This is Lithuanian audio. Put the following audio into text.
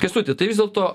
kęstuti tai vis dėlto